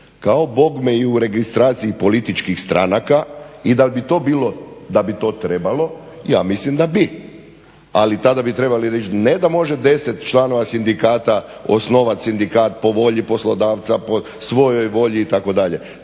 kao bogme i u registraciji političkih stranaka i da bi to trebalo ja mislim da bi. Ali tada bi trebali reći ne da može 10 članova sindikata osnovati sindikat po volji poslodavca, po svojoj volji itd.